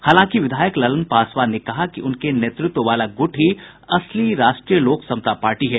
हालांकि विधायक ललन पासवान ने कहा कि उनके नेतृत्व वाला गूट ही असली राष्ट्रीय लोक समता पार्टी है